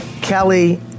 Kelly